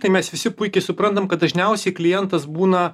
tai mes visi puikiai suprantam kad dažniausiai klientas būna